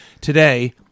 Today